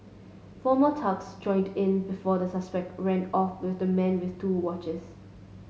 four more thugs joined in before the suspect ran off with the man with two watches